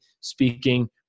speaking